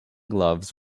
gloves